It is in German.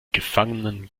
gefangenen